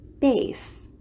base